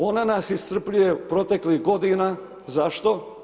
Ona nas iscrpljuje proteklih godina, zašto?